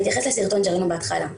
אני אתייחס לסרטון שראינו בהתחלה,